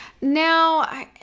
Now